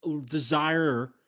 desire